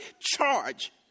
charge